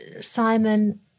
Simon